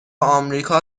آمریکا